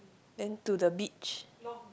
then to the beach